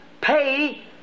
pay